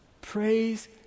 Praise